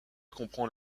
comprend